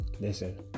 listen